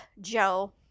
Joe